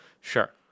Sure